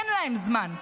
אין להם זמן.